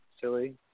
silly